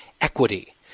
equity